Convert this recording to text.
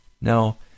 Now